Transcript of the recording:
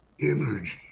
energy